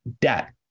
debt